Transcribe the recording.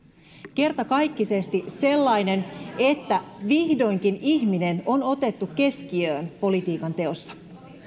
kertakaikkisesti sellainen että vihdoinkin ihminen on otettu keskiöön politiikanteossa